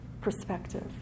perspective